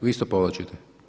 Vi isto povlačite?